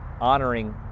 honoring